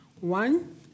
One